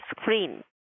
screen